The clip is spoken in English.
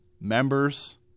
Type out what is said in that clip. members